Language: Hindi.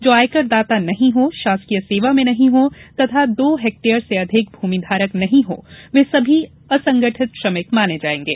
जो आयकर दाता नहीं हो शासकीय सेवा में नहीं हो तथा दो हेक्टेयर से अधिक भूमिधारक नहीं हो वे सभी असंगठित श्रमिक माने जायेंगे